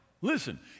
listen